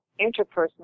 interpersonal